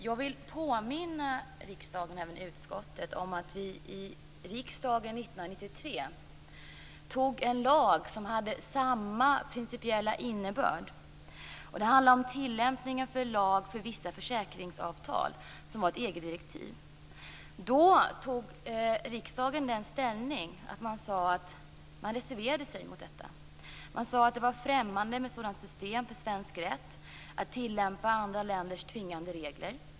Jag vill påminna kammaren och även utskottet om att vi i riksdagen 1993 antog en lag som hade samma principiella innebörd. Det handlade om tillämplig lag för vissa försäkringsavtal som var ett EU-direktiv. Då reserverade sig riksdagen mot detta. Man sade att det var främmande för svensk rätt att tillämpa andra länders tvingande regler.